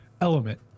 element